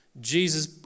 Jesus